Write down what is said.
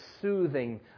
soothing